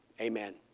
Amen